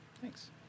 Thanks